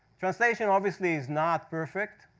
translation, obviously, is not perfect.